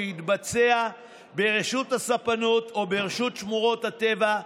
שיתבצע ברשות הספנות או ברשות שמורות הטבע,